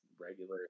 regular